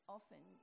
often